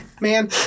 Man